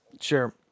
sure